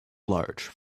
large